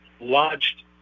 lodged